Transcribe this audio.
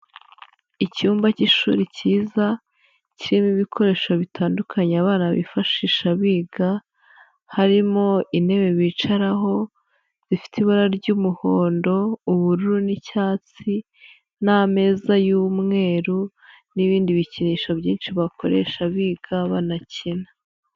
Icyumba cy'ishuri kiyiza kirimo ibikoresho bitandukanye barabifashisha biga, harimo intebe bicaraho zifite ibara ry'umuhondo, ubururu n'icyatsi n'ameza y'umweru, n'ibindi bikinisho byinshi bakoresha biga banakina.